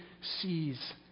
sees